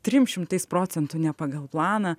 trim šimtais procentų ne pagal planą